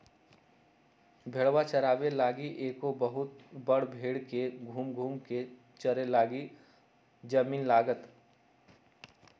भेड़ा चाराबे लागी एगो बहुत बड़ भेड़ के घुम घुम् कें चरे लागी जमिन्न लागत